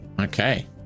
Okay